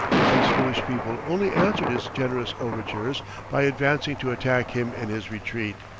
but these foolish people only answered his generous overtures by advancing to attack him in his retreat.